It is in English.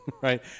right